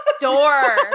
door